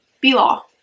B-Law